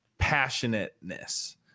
passionateness